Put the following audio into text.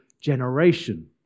generation